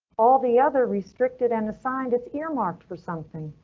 all the other restricted unassigned is earmarked for something,